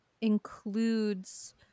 includes